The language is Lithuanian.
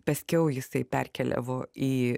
paskiau jisai perkeliavo į